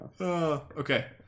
Okay